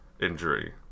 injury